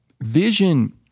vision